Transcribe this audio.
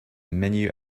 menu